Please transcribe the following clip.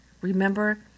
Remember